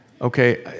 Okay